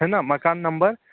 है ना मकान नंबर